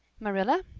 marilla,